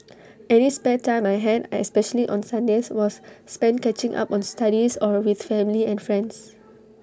any spare time I had especially on Sundays was spent catching up on studies or with family and friends